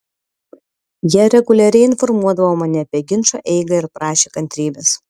jie reguliariai informuodavo mane apie ginčo eigą ir prašė kantrybės